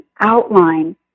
outline